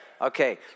Okay